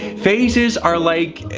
phases are like.